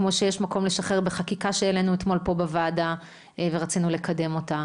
כמו שיש מקום לשחרר בחקיקה שהעלינו אתמול פה בוועדה ורצינו לקדם אותה.